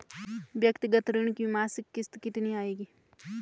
व्यक्तिगत ऋण की मासिक किश्त कितनी आएगी?